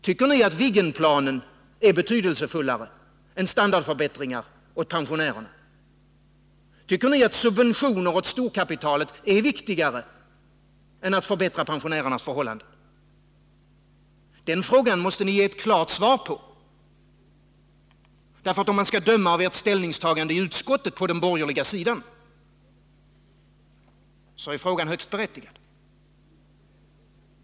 Tycker ni att Viggenplanen är betydelsefullare än standardförbättringar åt pensionärerna? Tycker ni att subventioner åt storkapitalet är viktigare än förbättringar av pensionärernas förhållanden? Dessa frågor måste ni ge ett klart svar på, för om man skall döma av ert ställningstagande i utskottet på den borgerliga sidan är frågorna högst berättigade.